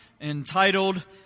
entitled